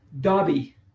Dobby